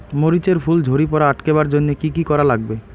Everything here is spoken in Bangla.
মরিচ এর ফুল ঝড়ি পড়া আটকাবার জইন্যে কি কি করা লাগবে?